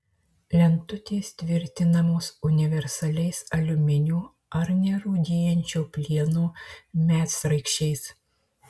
lentutės tvirtinamos universaliais aliuminio ar nerūdijančiojo plieno medsraigčiais